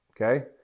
okay